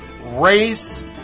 race